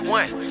one